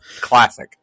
classic